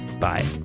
Bye